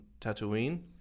Tatooine